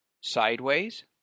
sideways